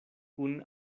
kun